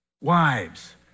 Wives